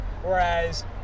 Whereas